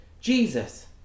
Jesus